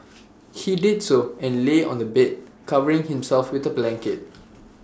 he did so and lay on the bed covering himself with A blanket